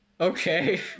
okay